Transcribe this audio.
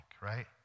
right